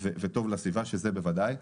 וטוב לסביבה, וזה בוודאי נכון.